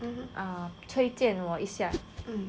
推荐我一下